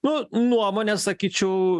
nu nuomonės sakyčiau